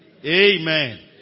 Amen